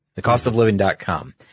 thecostofliving.com